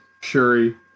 Shuri